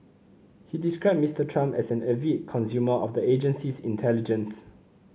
he described Mister Trump as an avid consumer of the agency's intelligence